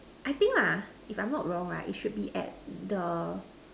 I think lah if I'm not wrong right it should be at the